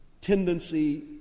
tendency